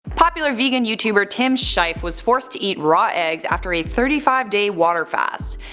popular vegan youtuber tim sheiff was forced to eat raw eggs after a thirty five day water fast.